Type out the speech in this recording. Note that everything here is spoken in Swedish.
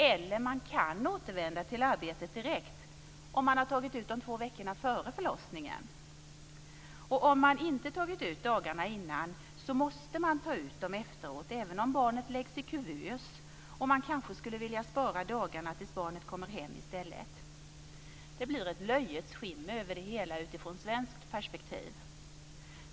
Man kan också återvända till arbetet direkt, om man har tagit ut de två veckorna innan förlossningen. Och om man inte har tagit ut dagarna innan förlossningen måste man ta ut dem efteråt, även om barnet läggs i kuvös och man kanske skulle vilja spara dagarna tills barnet kommer hem i stället. Det blir ett löjets skimmer över det hela utifrån ett svenskt perspektiv.